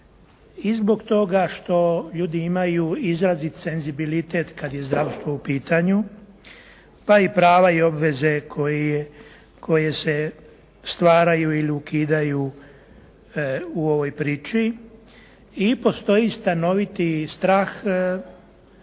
zbog toga što ljudi imaju izrazit senzibilizitet kada je zdravstvo u pitanju, pa i prava i obveze koje se stvaraju ili ukidaju u ovoj priči. I postoji stanoviti strah običnog